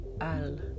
Al